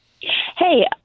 Hey